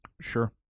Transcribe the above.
Sure